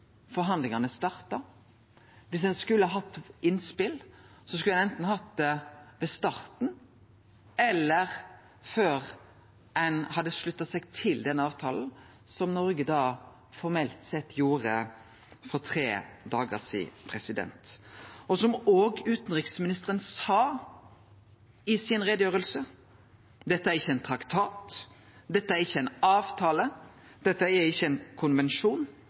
forhandlingane starta. Viss ein skulle hatt innspel, skulle ein enten hatt det ved starten eller før ein hadde slutta seg til denne avtalen, som Noreg formelt sett gjorde for tre dagar sidan. Som utanriksministeren òg sa i si utgreiing, er ikkje dette ein traktat, det er ikkje ein avtale, det er ikkje ein konvensjon